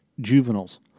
juveniles